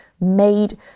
made